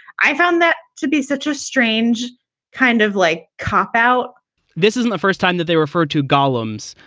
i found that to be such a strange kind of like cop-out this isn't the first time that they refer to golems.